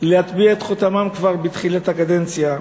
להטביע את חותמם כבר בתחילת הקדנציה.